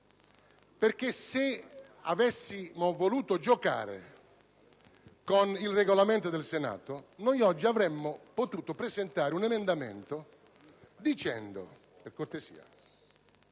fondo. Se avessimo voluto giocare con il Regolamento del Senato, noi oggi avremmo potuto presentare un emendamento per inserire